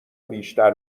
بیشتر